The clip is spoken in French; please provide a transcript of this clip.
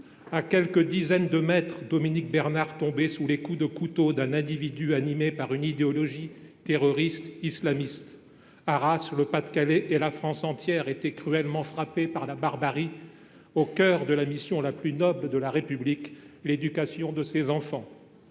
À quelques dizaines de mètres, Dominique Bernard tombait sous les coups de couteau d’un individu animé par une idéologie terroriste islamiste. Arras, le Pas de Calais et la France entière étaient cruellement frappés par la barbarie, au cœur de la mission la plus noble de la République : l’éducation de ses enfants.